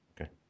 Okay